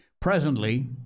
Presently